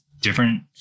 different